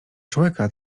człeka